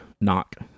knock